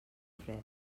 freda